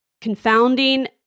confounding